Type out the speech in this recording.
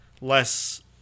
less